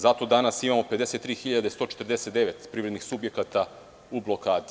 Zato danas imam 53.149 privrednih subjekata u blokadi.